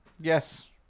yes